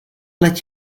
let